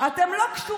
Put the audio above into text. אתם לא קשורים.